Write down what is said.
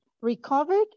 Recovered